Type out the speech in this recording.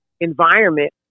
environment